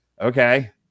okay